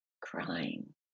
crying